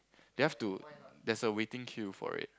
they have to there's a waiting queue for it